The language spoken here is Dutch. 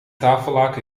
tafellaken